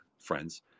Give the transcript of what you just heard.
friends